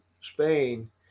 spain